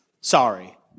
Sorry